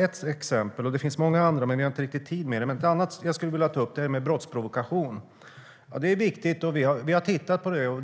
ett exempel. Det finns många andra, men vi har inte riktigt tid med det. Ett annat exempel jag skulle vilja ta upp gäller brottsprovokation. Det är viktigt. Vi har tittat på det.